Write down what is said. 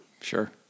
Sure